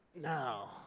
no